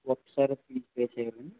ఒక్కసారే fees pay చేయాలి అండి